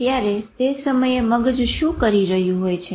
ત્યારે તે સમયે મગજ શું કરી રહ્યું હોય છે